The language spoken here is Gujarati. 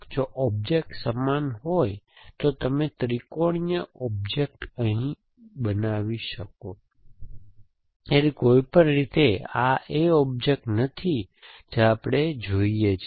જો ઑબ્જેક્ટ સમાન હોય તો તમે ત્રિકોણીય ઑબ્જેક્ટ નહીં બનાવી શકો તેથી કોઈપણ રીતે આ એ ઑબ્જેક્ટ નથી જે આપણે જોઈએ છીએ